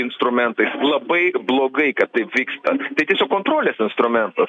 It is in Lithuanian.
instrumentais labai blogai kad taip vyksta tai tiesiog kontrolės instrumentas